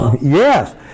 Yes